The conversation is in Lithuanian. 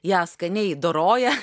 ją skaniai doroja